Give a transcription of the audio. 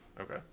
Okay